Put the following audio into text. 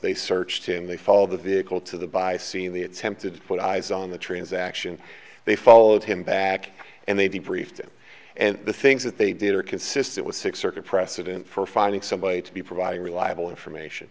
they searched him they fall the vehicle to the by scene the attempted to put eyes on the transaction they followed him back and they briefed him and the things that they did are consistent with six circuit precedent for finding somebody to be providing reliable information